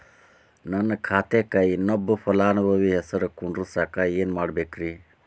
ನನ್ನ ಖಾತೆಕ್ ಇನ್ನೊಬ್ಬ ಫಲಾನುಭವಿ ಹೆಸರು ಕುಂಡರಸಾಕ ಏನ್ ಮಾಡ್ಬೇಕ್ರಿ?